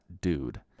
dude